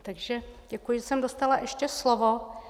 Takže děkuji, že jsem dostala ještě slovo.